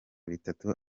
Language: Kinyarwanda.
bitatu